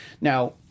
Now